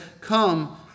come